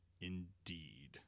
indeed